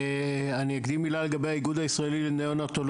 אני אקדים מילה לגבי האיגוד הישראלי לניאונטולוגיה.